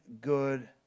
good